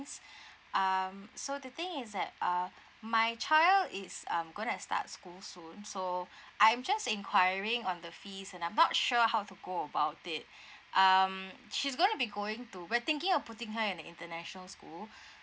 um so the thing is that uh my child is um gonna start school soon so I'm just inquiring on the fees and I'm not sure how to go about it um she's gonna be going to we're thinking of putting her in international school